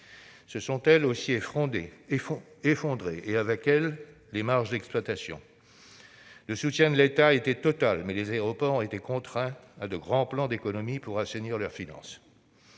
se sont elles aussi effondrées et, avec elles, les marges d'exploitation. Le soutien de l'État a été total, mais les aéroports ont été contraints à de grands plans d'économie pour assainir leurs finances.